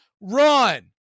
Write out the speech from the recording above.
run